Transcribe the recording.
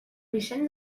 vicent